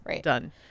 done